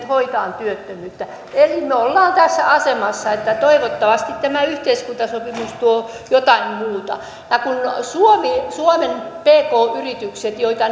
hoitamaan työttömyyttä eli me olemme tässä asemassa että toivottavasti tämä yhteiskuntasopimus tuo jotain muuta ja kun suomen pk yritykset joita